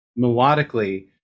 melodically